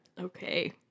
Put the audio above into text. Okay